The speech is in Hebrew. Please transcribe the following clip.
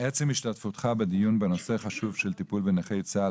עצם השתתפותך בדיון בנושא החשוב של טיפול בנכי צה"ל